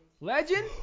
Legend